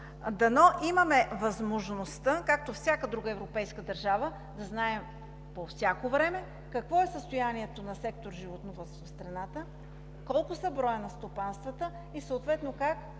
дано имаме възможността, както всяка друга европейска държава да знаем по всяко време какво е състоянието на сектор „Животновъдство“ в страната, какъв е броят на стопанствата и съответно как